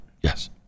Yes